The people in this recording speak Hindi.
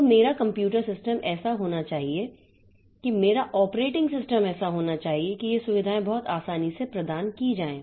तो मेरा कंप्यूटर सिस्टम ऐसा होना चाहिए कि मेरा ऑपरेटिंग सिस्टम ऐसा होना चाहिए कि ये सुविधाएं बहुत आसानी से प्रदान की जाएं